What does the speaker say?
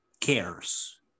cares